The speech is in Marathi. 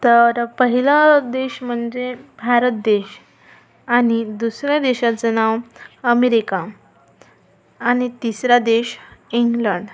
तर पहिला देश म्हणजे भारत देश आणि दुसऱ्या देशाचं नाव अमेरिका आणि तिसरा देश इंग्लंड